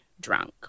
drunk